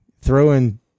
throwing